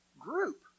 group